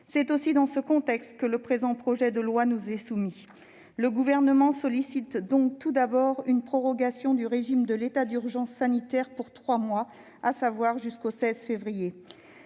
C'est aussi dans ce contexte que le présent projet de loi nous est soumis. Le Gouvernement sollicite donc tout d'abord une prorogation du régime de l'état d'urgence sanitaire pour trois mois, soit jusqu'au 16 février.